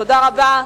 תודה רבה.